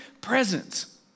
presence